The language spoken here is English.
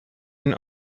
and